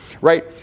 right